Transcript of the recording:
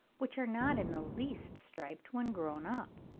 which are not in the least striped when grown up.